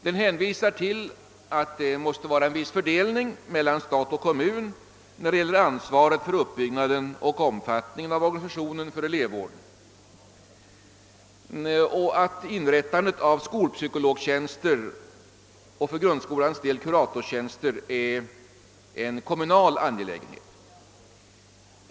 Den hänvisar till att det måste vara en viss fördelning mellan stat och kommun av ansvaret för uppbyggnaden och omfattningen av organisationen för elevvården samt att inrättandet av skolpsykologtjänster och för grundskolans del kuratorstjänster är en kommunal angelägenhet.